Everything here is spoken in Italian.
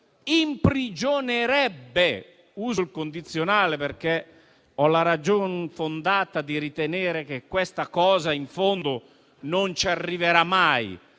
imprigionerebbe. Uso il condizionale perché ho la ragione fondata di ritenere che questa cosa non arriverà mai